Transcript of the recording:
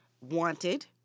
wanted